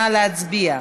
נא להצביע.